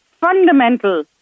fundamental